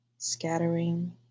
scattering